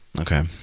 okay